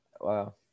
wow